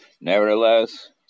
Nevertheless